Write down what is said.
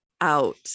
out